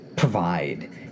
provide